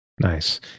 Nice